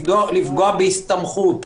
לפגוע בהסתמכות,